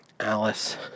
Alice